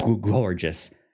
gorgeous